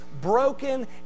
broken